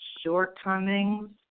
shortcomings